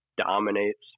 Dominates